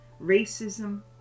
racism